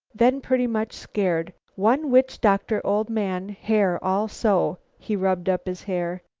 then pretty much scared. one witch-doctor, old man, hair all so, he rubbed up his hair.